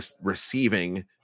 receiving